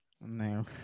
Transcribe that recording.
No